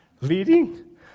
leading